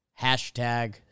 Hashtag